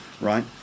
right